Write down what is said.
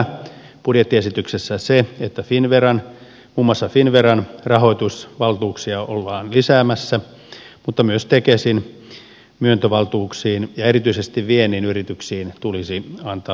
hyvää budjettiesityksessä on se että muun muassa finnveran rahoitusvaltuuksia ollaan lisäämässä mutta myös tekesin myöntövaltuuksiin ja erityisesti vientiin yrityksille tulisi antaa lisää voimavaroja